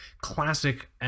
classic